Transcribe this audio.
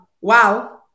wow